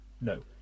No